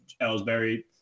ellsbury